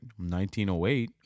1908